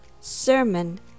sermon